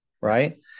right